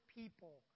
people